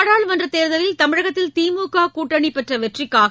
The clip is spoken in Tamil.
நாடாளுமன்றத் தேர்தலில் தமிழகத்தில் திமுக கூட்டணி பெற்ற வெற்றிக்காக